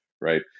Right